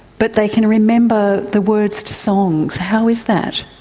but they can remember the words to songs. how is that?